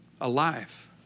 alive